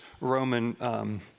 Roman